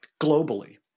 globally